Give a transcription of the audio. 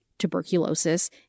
tuberculosis